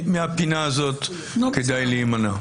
מהפינה הזאת כדאי להימנע.